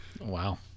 Wow